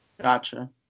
gotcha